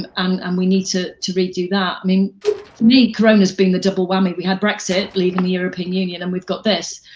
and um and we need to to redo that. i mean for me, corona's been the double whammy. we had brexit, leaving the european union and we've got this